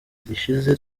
gishize